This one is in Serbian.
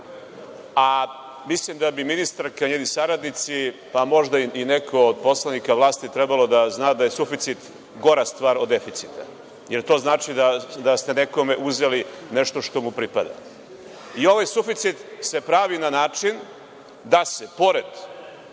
Mislim da bi ministarka i njeni saradnici, možda i neko od poslanika vlasti, trebalo da zna da je suficit gora stvar od deficita, jer to znači da ste nekome uzeli nešto što mu pripada. Ovaj suficit se pravi na način da se pored